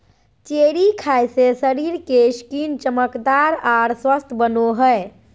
cherry खाय से शरीर के स्किन चमकदार आर स्वस्थ बनो हय